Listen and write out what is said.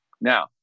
Now